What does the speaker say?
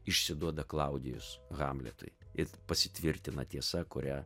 išsiduoda klaudijus hamletui ir pasitvirtina tiesa kurią